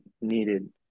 needed